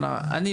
אני,